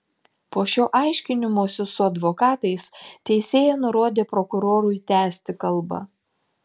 po šio aiškinimosi su advokatais teisėja nurodė prokurorui tęsti kalbą